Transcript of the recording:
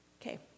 Okay